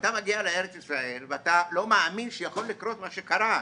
ואתה מגיע לארץ ישראל ואתה לא מאמין שיכול לקרות מה שקרה.